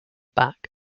back